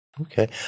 Okay